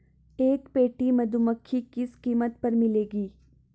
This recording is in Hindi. एक पेटी मधुमक्खी किस कीमत पर मिलेगी?